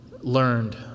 learned